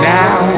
now